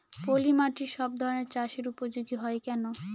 পলিমাটি সব ধরনের চাষের উপযোগী হয় কেন?